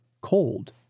cold